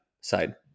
side